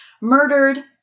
murdered